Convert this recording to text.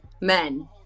Men